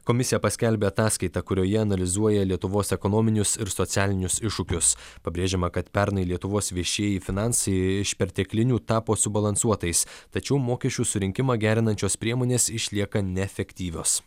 komisija paskelbė ataskaitą kurioje analizuoja lietuvos ekonominius ir socialinius iššūkius pabrėžiama kad pernai lietuvos viešieji finansai iš perteklinių tapo subalansuotais tačiau mokesčių surinkimą gerinančios priemonės išlieka neefektyvios